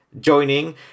joining